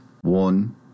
one